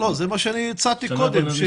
זה מה שאני הצעתי קודם,